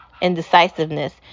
indecisiveness